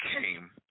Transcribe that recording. came